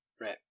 Right